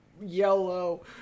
yellow